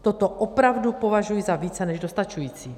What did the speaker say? Toto opravdu považuji za více než dostačující.